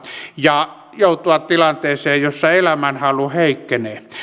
ja joutua tilanteeseen jossa elämänhalu heikkenee